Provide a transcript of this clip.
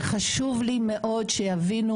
וחשוב לי מאוד שיבינו,